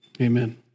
amen